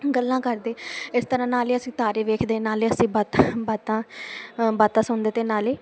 ਗੱਲਾਂ ਕਰਦੇ ਇਸ ਤਰ੍ਹਾਂ ਨਾਲੇ ਅਸੀਂ ਤਾਰੇ ਵੇਖਦੇ ਨਾਲੇ ਅਸੀਂ ਬਾਤਾਂ ਬਾਤਾਂ ਬਾਤਾਂ ਸੁਣਦੇ ਅਤੇ ਨਾਲੇ